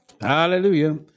Hallelujah